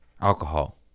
alcohol